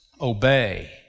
Obey